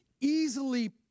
easily